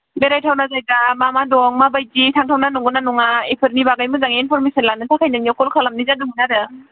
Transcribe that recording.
बेरायथावना जायगा मा मा दं माबायदि थांथावना नंगौ ना नङा बेफोरनि बागै मोजाङै इनफर्मेसन लानो थाखाय नोंनियाव कल खालामनाय जादोंमोन आरो